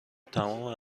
تمام